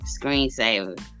screensaver